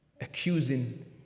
accusing